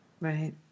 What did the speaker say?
Right